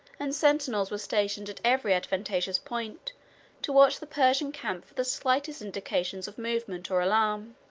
and sentinels were stationed at every advantageous point to watch the persian camp for the slightest indications of movement or alarm.